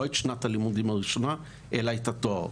לא את שנת הלימודים הראשונה אלא את התואר,